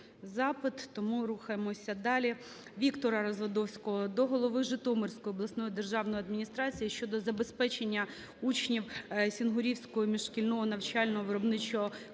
Тому рухаємося далі. Віктора Развадовського до голови Житомирської обласної державної адміністрації щодо забезпечення учнів Сінгурівського міжшкільного навчально-виробничого комбінату